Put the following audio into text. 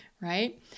right